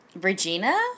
Regina